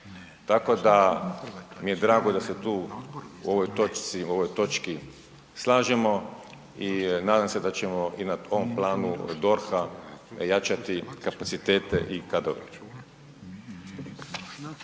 Tako mi je drago da se tu o ovoj točki slažemo i nadam se da ćemo i na tom planu DORH-a jačati kapacitete i kadrove.